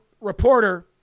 reporter